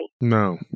No